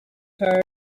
her